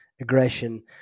aggression